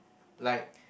like